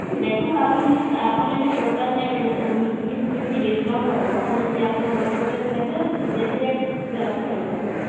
ହୁଁ ଦେଖନ୍ତୁ ଆପଣ ଯଦି ଆପଣ ଯଦି ଟୋଟାଲ୍ ନେବେ ନା ସବୁ ମିଶିକି ସେଥିରେ କିଛି ଡିସ୍କାଉଣ୍ଟ ହେବ ଆଉ ଯଦି ଆପଣ ଗୋଟିଏ ଗୋଟିଏ କରି ନେବେ ଯେତେ ରେଟ୍ ଅଛି ସେତେ ଦେବାକୁ ପଡ଼ିବ ଆପଣଙ୍କୁ